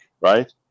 right